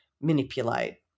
manipulate